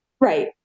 Right